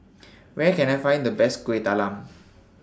Where Can I Find The Best Kuih Talam